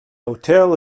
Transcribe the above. hotel